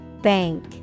Bank